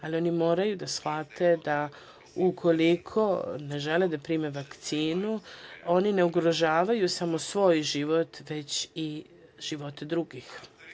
Ali, oni moraju da shvate da ukoliko ne žele da prime vakcinu, oni ne ugrožavaju samo svoj život, već i živote drugih.